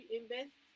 invest